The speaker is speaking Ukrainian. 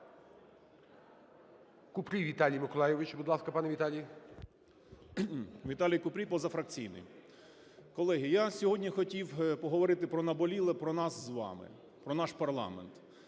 Купрій Віталій Миколайович. Будь ласка, пане Віталій. 10:09:01 КУПРІЙ В.М. Віталій Купрій, позафракційний. Колеги, я сьогодні хотів поговорити про наболіле, про нас з вами, про наш парламент.